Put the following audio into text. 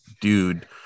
dude